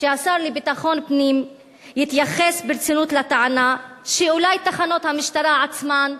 שהשר לביטחון פנים יתייחס ברצינות לטענה שאולי תחנות המשטרה עצמן,